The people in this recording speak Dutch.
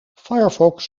firefox